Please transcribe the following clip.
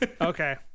Okay